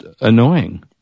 annoying